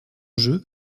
jeu